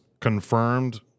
confirmed